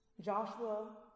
Joshua